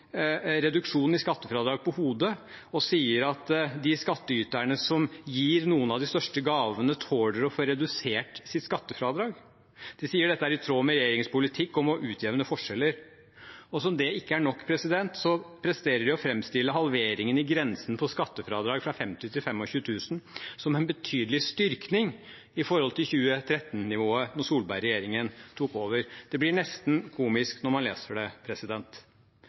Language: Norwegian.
reduksjonen i skattefradrag på hodet og sier at de skattyterne som gir noen av de største gavene, tåler å få redusert sitt skattefradrag. De sier at dette er i tråd med regjeringens politikk om å utjevne forskjeller. Og som om det ikke er nok, presterer de å framstille halveringen i grensen på skattefradrag fra 50 000 til 25 000 kr som en betydelig styrkning i forhold til 2013-nivået, da Solberg-regjeringen tok over. Det blir nesten komisk